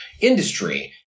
industry